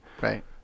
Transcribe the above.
right